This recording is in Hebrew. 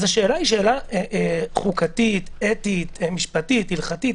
אז השאלה היא שאלה חוקתית, אתית, משפטית, הלכתית.